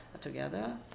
together